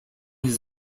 his